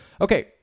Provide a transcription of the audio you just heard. Okay